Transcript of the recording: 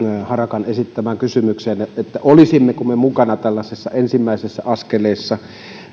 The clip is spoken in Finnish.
harakan esittämään kysymykseen olisimmeko me mukana tällaisessa ensimmäisessä askeleessa